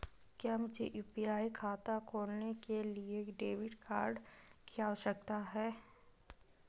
क्या मुझे यू.पी.आई खाता खोलने के लिए डेबिट कार्ड की आवश्यकता है?